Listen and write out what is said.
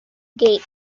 gate